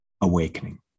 AWAKENING